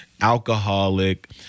alcoholic